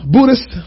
Buddhist